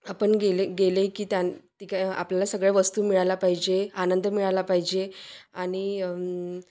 आपण गेले गेले की त्या तिक आपल्याला सगळ्या वस्तू मिळाला पाहिजे आनंद मिळाला पाहिजे आणि